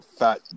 Fat